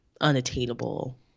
unattainable